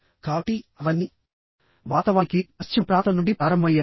కాబట్టి అవన్నీ వాస్తవానికి పశ్చిమ ప్రాంతం నుండి ప్రారంభమయ్యాయి